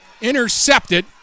Intercepted